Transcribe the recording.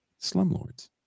slumlords